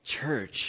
church